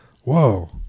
whoa